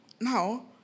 Now